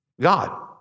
God